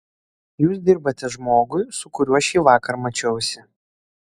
jūs dirbate žmogui su kuriuo šįvakar mačiausi